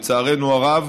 לצערנו הרב,